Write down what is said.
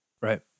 Right